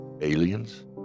Aliens